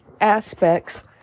aspects